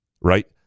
Right